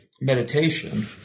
meditation